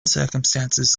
circumstances